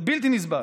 זה בלתי נסבל.